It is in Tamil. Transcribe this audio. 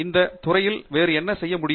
இந்த துறையில் வேறு என்ன செய்ய முடியும்